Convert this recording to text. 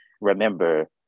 remember